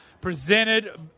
presented